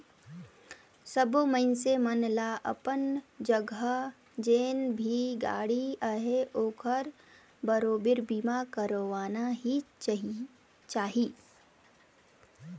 सबो मइनसे मन ल अपन जघा जेन भी गाड़ी अहे ओखर बरोबर बीमा करवाना ही चाही